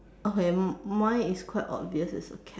okay mine is quite obvious it's a cap